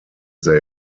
they